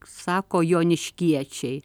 sako joniškiečiai